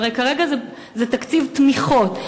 הרי כרגע זה תקציב תמיכות,